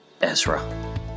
Ezra